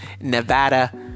Nevada